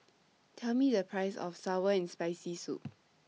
Tell Me The Price of Sour and Spicy Soup